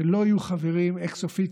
שלא יהיו חברים אקס-אופיציו,